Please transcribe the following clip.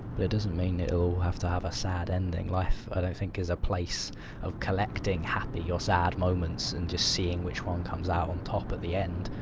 but it doesn't mean it'll have to have a sad ending. life, i don't think is a place of collecting happy or sad moments, and just seeing which one comes out on top in the end.